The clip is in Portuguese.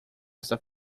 esta